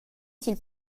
sil